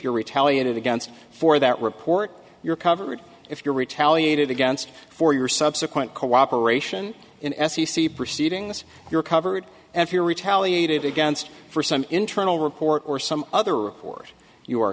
you're retaliated against for that report you're covered if you're retaliated against for your subsequent cooperation in s c c proceedings you're covered and if you're retaliated against for some internal report or some other report you are